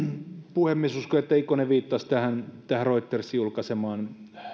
puhemies uskon että ikonen viittasi tähän tähän reutersin julkaisemaan